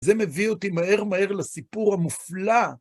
זה מביא אותי מהר מהר לסיפור המופלא.